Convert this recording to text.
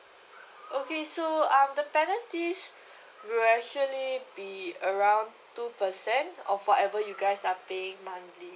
okay so uh the penalties will actually be around two percent of whatever you guys are paying monthly